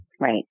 Right